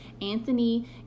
Anthony